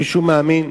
מישהו מאמין,